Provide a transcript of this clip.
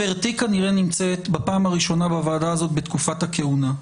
גבירתי כנראה נמצאת בפעם הראשונה בוועדה הזאת בתקופת הכהונה,